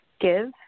give